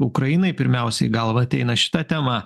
ukrainai pirmiausia į galvą ateina šita tema